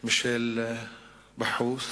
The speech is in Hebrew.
מישל בחות',